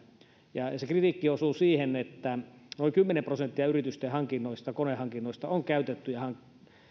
se kritiikki osuu siihen että noin kymmenen prosenttia yritysten konehankinnoista on käytettyjä